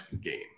game